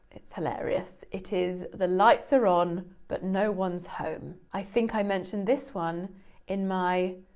it's hilarious. it is, the lights are on, but no one's home. i think i mentioned this one in my,